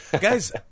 Guys –